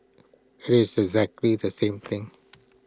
IT is exactly the same thing